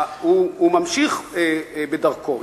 הוא ממשיך בדרכו.